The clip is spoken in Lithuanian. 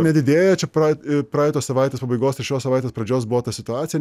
nedidėja čia pra praeitos savaitės pabaigos ir šios savaitės pradžios buvo ta situacija